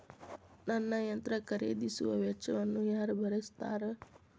ನನ್ನ ಯಂತ್ರ ಖರೇದಿಸುವ ವೆಚ್ಚವನ್ನು ಯಾರ ಭರ್ಸತಾರ್?